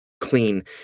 clean